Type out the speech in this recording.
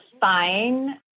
fine